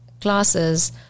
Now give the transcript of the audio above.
classes